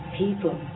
people